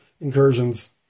incursions